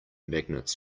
magnets